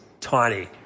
tiny